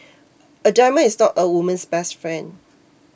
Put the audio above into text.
a diamond is not a woman's best friend